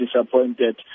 disappointed